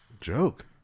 Joke